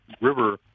River